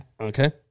Okay